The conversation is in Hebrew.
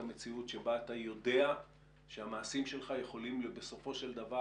המציאות בה אתה יודע שהמעשים שלך יכולים בסופו של דבר,